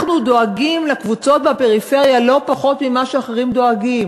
אנחנו דואגים לקבוצות בפריפריה לא פחות ממה שאחרים דואגים.